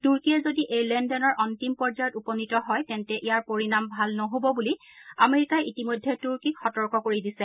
তুৰ্কীয়ে যদি এই লেন দেনৰ অন্তিম পৰ্যায়ত উপনীত হয় তেন্তে ইয়াৰ পৰিণাম ভাল নহব বুলি আমেৰিকাই ইতিমধ্যে তুৰ্কীক সতৰ্ক কৰি দিছে